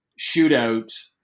shootout